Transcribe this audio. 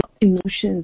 emotions